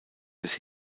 des